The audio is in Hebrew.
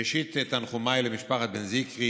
ראשית, תנחומיי למשפחת בן זיקרי